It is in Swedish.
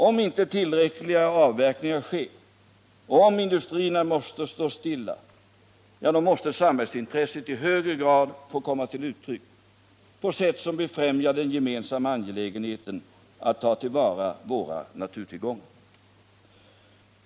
Om inte tillräckliga avverkningar sker och om industrierna måste stå stilla, då måste samhällsintresset i hög grad få komma till uttryck på sätt som befrämjar den gemensamma angelägenheten att ta till vara våra naturtillgångar.